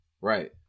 right